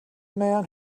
man